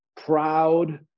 proud